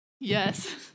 Yes